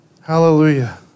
Hallelujah